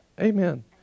Amen